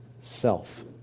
self